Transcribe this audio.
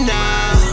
now